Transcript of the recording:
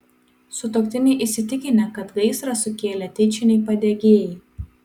sutuoktiniai įsitikinę kad gaisrą sukėlė tyčiniai padegėjai